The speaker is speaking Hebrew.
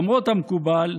למרות המקובל,